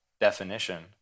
definition